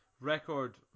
record